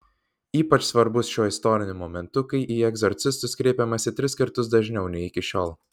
ypač svarbus šiuo istoriniu momentu kai į egzorcistus kreipiamasi tris kartus dažniau nei iki šiol